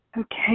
Okay